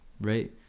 right